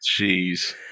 jeez